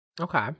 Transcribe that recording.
Okay